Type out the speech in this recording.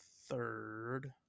third